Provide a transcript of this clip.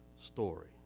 story